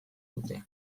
dute